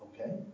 Okay